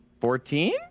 fourteen